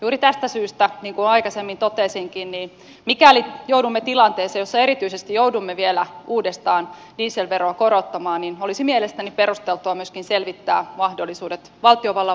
juuri tästä syystä niin kuin aikaisemmin totesinkin mikäli joudumme tilanteeseen jossa erityisesti joudumme vielä uudestaan dieselveroa korottamaan olisi mielestäni perusteltua myöskin selvittää mahdollisuudet valtiovallan